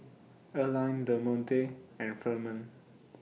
Erline Demonte and Firman